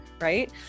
right